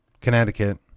Connecticut